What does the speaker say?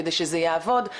כדי שזה יעבוד,